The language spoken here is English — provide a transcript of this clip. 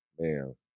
Man